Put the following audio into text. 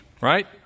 right